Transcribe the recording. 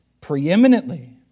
preeminently